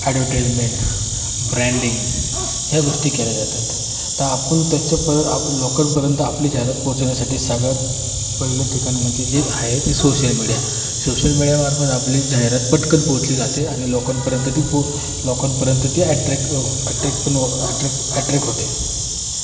advertisement branding ह्या गोष्टी केल्या जातात तर आपण त्याच्या पर लोकांपर्यंत आपली जाहिरात पोचवण्यासाठी सगळ्यात पहिलं ठिकाण म्हणजे जे हा ते सोशल मीडिया सोशल मीडियामार्फत आपली जाहिरात पटकन पोहोचली जाते आणि लोकांपर्यंत ती पो लोकांपर्यंत ती ॲट्रॅक् ॲट्रॅक्ट पण अट्रॅक् ॲट्रॅक्कट होते